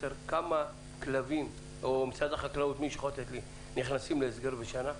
כמה כלבים נכנסים להסגר בשנה?